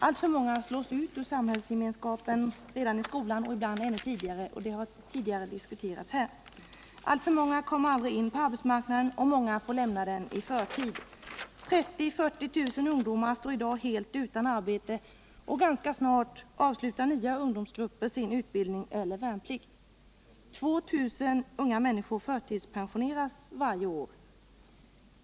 Alltför Onsdagen den många slås ut ur samhällsgemenskapen redan i skolan, ibland ännu tidigare. 31 maj 1978 Detta har tidigare diskuterats. Alltför många kommer aldrig in på arbetsmarknaden och många får lämna den i förtid. 30 000-40 000 ungdomar står i dag helt utan arbete, och ganska snart avslutar nya ungdomsgrupper sin utbildning eller värnplikt. 2 000 unga människor förtidspensioneras varje år.